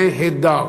נהדר.